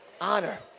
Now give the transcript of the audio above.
Honor